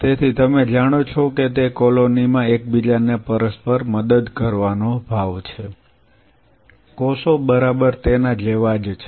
તેથી તમે જાણો છો કે તે કોલોની માં એકબીજાને પરસ્પર મદદ કરવાનો ભાવ છે કોષો બરાબર તેના જેવા છે